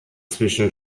zwischen